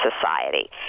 Society